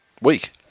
week